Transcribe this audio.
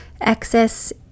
Excess